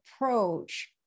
approach